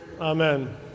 Amen